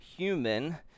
human